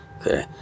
okay